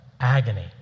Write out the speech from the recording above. agony